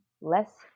less